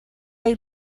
hay